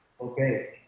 Okay